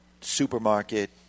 supermarket